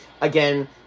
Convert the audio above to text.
again